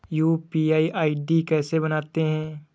UPI ID कैसे बनाते हैं?